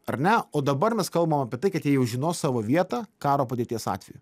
ar ne o dabar mes kalbam apie tai kad jie jau žinos savo vietą karo padėties atveju